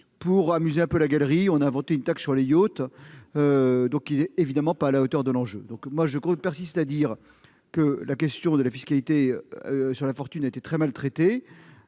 Pour amuser un peu, la galerie, on a inventé une taxe sur yachts, qui n'est évidemment pas à la hauteur de l'enjeu. Je persiste donc à dire que la question de la fiscalité sur la fortune a été très mal traitée.